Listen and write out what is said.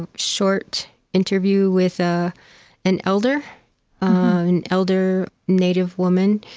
and short interview with ah an elder an elder native woman,